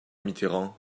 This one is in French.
mitterrand